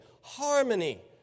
harmony